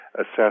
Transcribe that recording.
assess